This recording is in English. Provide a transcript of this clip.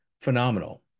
phenomenal